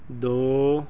ਦੋ